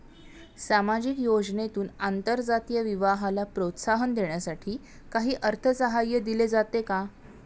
सामाजिक योजनेतून आंतरजातीय विवाहाला प्रोत्साहन देण्यासाठी काही अर्थसहाय्य दिले जाते का?